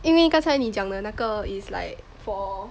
因为刚才你讲的那个 is like for